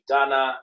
Dana